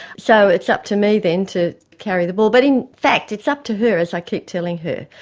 so it's up to me then to carry the ball. but in fact it's up to her, as i keep telling her.